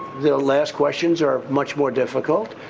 the last questions are much more difficult,